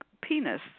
penis